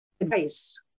Advice